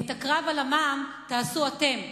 את הקרב על המע"מ תעשו אתם.